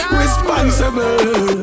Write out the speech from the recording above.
responsible